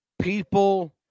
people